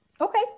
Okay